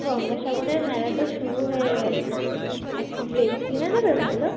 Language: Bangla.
গঙ্গাসাগরের মেলা তো শুরু হয়ে গেছে একটা ড্রেস কিনে দেবে ভালো